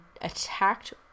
attacked